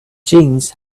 jeans